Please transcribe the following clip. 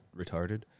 retarded